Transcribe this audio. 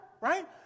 right